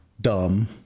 Dumb